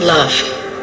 Love